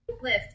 Lift